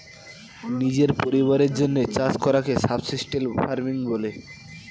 নিজের পরিবারের জন্যে চাষ করাকে সাবসিস্টেন্স ফার্মিং বলে